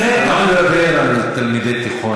אתה לא מדבר על תלמידי תיכון,